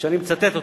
ואני אצטט אותו,